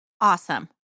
Awesome